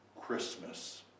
Christmas